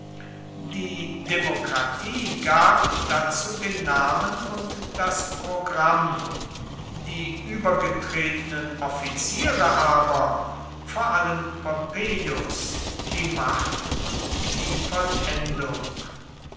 die demokratie gab dazu den namen und das programm die übergetretenen offiziere aber vor allen pompeius die macht und die vollendung